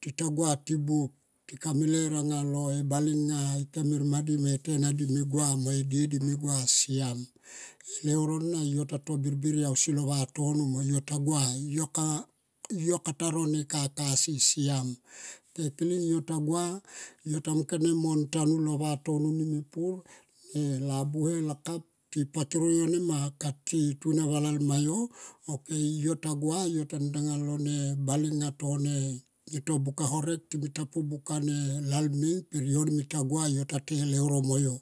Tita gua ti buop yo kame ler aunga le bale nga ikem her madi e tenadi ediedi me gua siam. Eleuro na yo ta to birbiri ausi lo vatono mo yo ta gua. Yo kata ro ne kaka si siam. Kekiling yo ta gua yo tamun kone montanun lo vatono ni mepur ne labuhe lakap ti patoro yo nema kati tunia va lalmayo ok yo ta gua yo ta nga lone bale nga tone to buka horek timi ta po buka ne lolma yo per yo nimin ta gua ta to e leuro mo yo.